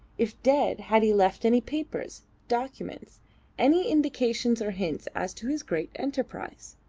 if dead, had he left any papers, documents any indications or hints as to his great enterprise?